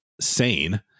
sane